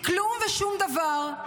היא כלום ושום דבר.